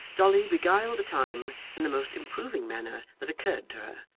dolly beguiled the time in the most improving manner that occurred to her,